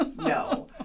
No